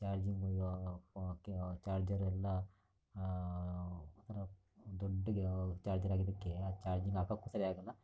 charging charger ಎಲ್ಲ ಒಂಥರ ದೊಡ್ಡ ಚಾರ್ಜರ್ ಚಾರ್ಜಿಂಗ್ ಹಾಕೋಕು ಸರಿ ಆಗಲ್ಲ